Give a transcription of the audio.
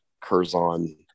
Curzon